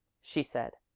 she said.